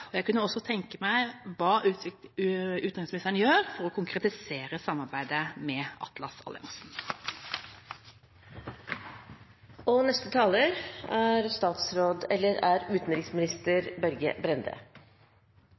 Jeg kunne også tenke meg å få vite hva utenriksministeren gjør for å konkretisere samarbeidet med Atlas-alliansen. Utgangspunktet for Norges internasjonale innsats er